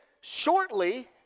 shortly